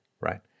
right